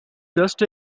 just